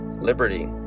liberty